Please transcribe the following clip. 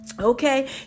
Okay